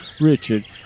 Richard